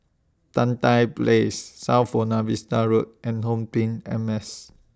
Tan Tye Place South Buona Vista Road and HomeTeam M S